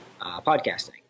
podcasting